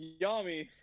Yami